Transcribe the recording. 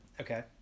okay